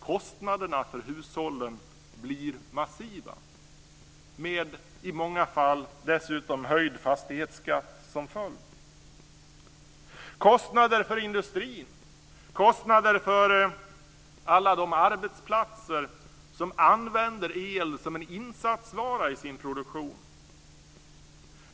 Kostnaderna för hushållen blir massiva, med i många fall dessutom höjd fastighetsskatt som följd. Det blir kostnader för industrin och kostnader för alla de arbetsplatser som använder el som en insatsvara i sin produktion.